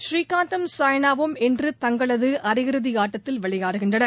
பூரீகாந்தும் சாய்னாவும் இன்று தங்களது அரை இறுதி ஆட்டத்தில் விளையாடுகின்றனர்